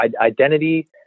Identity